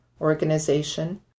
organization